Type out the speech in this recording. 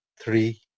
three